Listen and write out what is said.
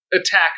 attack